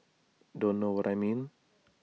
don't know what I mean